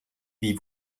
wie